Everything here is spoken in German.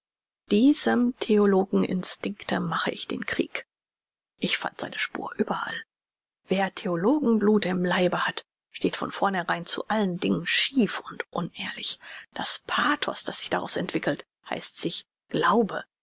diesem theologen instinkte mache ich den krieg ich fand seine spur überall wer theologen blut im leibe hat steht von vornherein zu allen dingen schief und unehrlich das pathos das sich daraus entwickelt heißt sich glaube